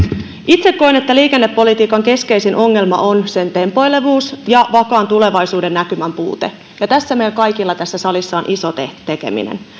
itse koen että liikennepolitiikan keskeisin ongelma on sen tempoilevuus ja vakaan tulevaisuudennäkymän puute ja tässä meillä kaikilla tässä salissa on iso tekeminen